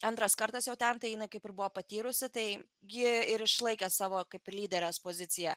antras kartas jau ten tai jinai kaip ir buvo patyrusi tai ji ir išlaikė savo kaip ir lyderės poziciją